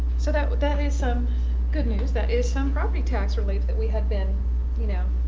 so that but that is some good news. that is some property tax relief that we had been you know.